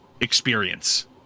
experience